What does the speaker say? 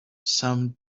some